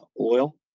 oil